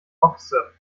ochse